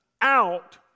out